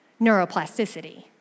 neuroplasticity